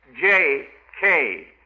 J-K